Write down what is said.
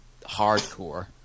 hardcore